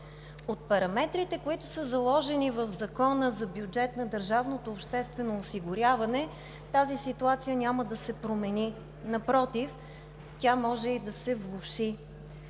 от параметрите, които са заложени в Закона за бюджета на държавното обществено осигуряване, тази ситуация няма да се промени. Напротив, тя може и да се влоши.